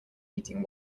eating